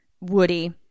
Woody